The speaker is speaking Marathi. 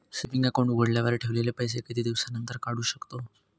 सेविंग अकाउंट उघडल्यावर ठेवलेले पैसे किती दिवसानंतर काढू शकतो?